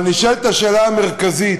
אבל נשאלת השאלה המרכזית: